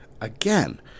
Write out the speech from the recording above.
Again